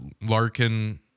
Larkin